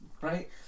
Right